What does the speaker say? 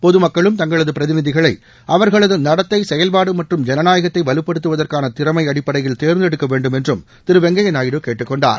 பொது மக்களும் தங்களது பிரதிநிதிகளை அவர்களது நடத்தை செயல்பாடு மற்றும் ஜனநாயகத்தை வலுப்படுத்துவதற்கான திறமை அடிப்படையில் தேர்ந்தெடுக்க வேண்டும் என்றும் திரு வெங்கப்யா நாயுடு கேட்டுக்கொண்டார்